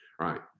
right